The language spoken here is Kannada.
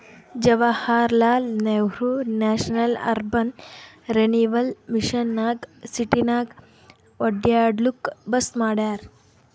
Jawaharlal Nehru national urban renewal mission ನಾಗ್ ಸಿಟಿನಾಗ್ ಒಡ್ಯಾಡ್ಲೂಕ್ ಬಸ್ ಮಾಡ್ಯಾರ್